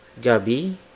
gabi